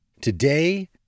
Today